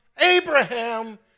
Abraham